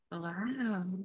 Wow